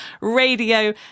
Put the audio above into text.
radio